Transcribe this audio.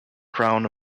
crown